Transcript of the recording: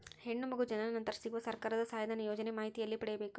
ಹೆಣ್ಣು ಮಗು ಜನನ ನಂತರ ಸಿಗುವ ಸರ್ಕಾರದ ಸಹಾಯಧನ ಯೋಜನೆ ಮಾಹಿತಿ ಎಲ್ಲಿ ಪಡೆಯಬೇಕು?